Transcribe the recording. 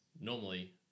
normally